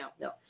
No